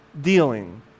dealing